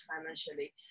financially